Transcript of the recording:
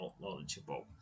knowledgeable